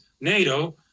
NATO